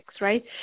right